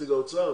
נציג האוצר,